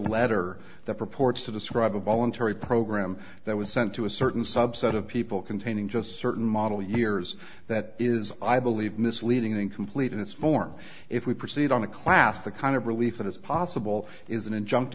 letter that purports to describe a voluntary program that was sent to a certain subset of people containing just certain model years that is i believe misleading incomplete in its form if we proceed on the class the kind of relief that it's possible isn't and jumped